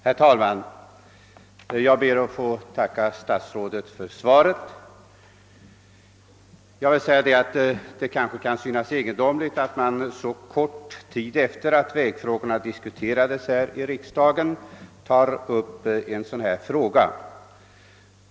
Herr talman! Jag ber att få tacka statsrådet för svaret på min interpellation. Det kan kanske synas egendomligt att man så kort tid efter det att vägfrågorna diskuterades här i riksdagen tar upp en fråga av detta slag.